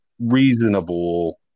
reasonable